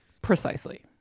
Precisely